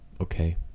Okay